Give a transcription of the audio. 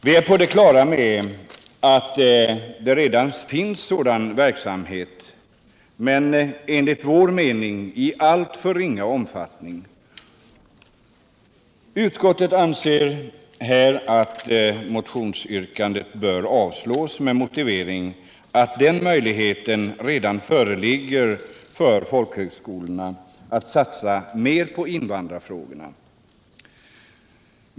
Vi är på det klara med att det redan finns sådan verksamhet — enligt vår mening dock i alltför ringa omfattning. Utskottet anser även här att motionsyrkandet bör avslås med motiveringen att möjligheter redan föreligger för folkhögskolorna att satsa mer på invandrarfrågorna.